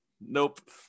Nope